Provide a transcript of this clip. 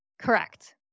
Correct